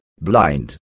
blind